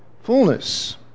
fullness